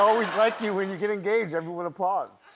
always like you when you get engaged. everyone applauds,